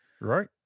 right